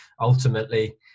ultimately